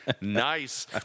Nice